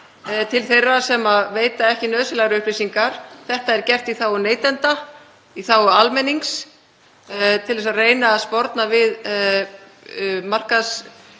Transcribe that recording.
til þeirra sem veita ekki nauðsynlegar upplýsingar. Þetta er gert í þágu neytenda, í þágu almennings, til að reyna að sporna við